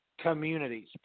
communities